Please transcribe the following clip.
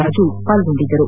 ರಾಜು ಪಾಲ್ಗೊಂಡಿದ್ದರು